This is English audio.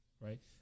Right